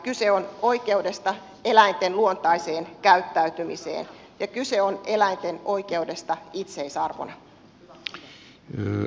kyse on oikeudesta eläinten luontaiseen käyttäytymiseen ja kyse on eläinten oikeudesta itseisarvona